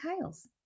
tiles